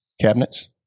Cabinets